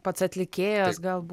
pats atlikėjas galbūt